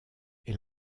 est